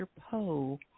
Poe